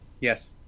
Yes